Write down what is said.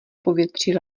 povětří